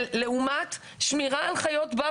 לעומת שמירה על חיות בר,